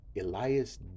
Elias